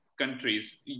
countries